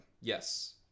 yes